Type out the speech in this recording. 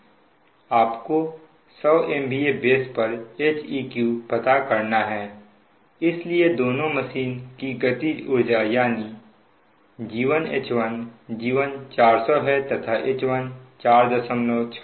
आपको 100 MVA base पर Heq पता करना है इसलिए दोनों मशीन की गतिज ऊर्जा यानी G1 H1 G1 400 है तथा H1 46